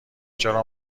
چرا